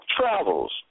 travels